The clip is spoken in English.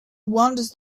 wanders